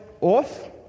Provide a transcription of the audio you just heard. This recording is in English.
Off